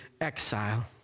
exile